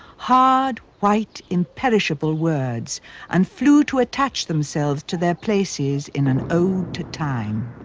hard, white, imperishable words and flew to attach themselves to their places in an ode to time.